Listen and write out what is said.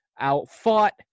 outfought